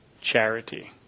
charity